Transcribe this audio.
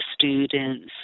students